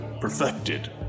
perfected